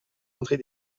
entrer